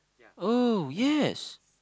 oh yes